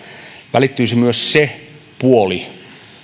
välittyisi myös se puoli